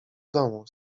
domu